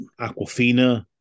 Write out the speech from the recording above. Aquafina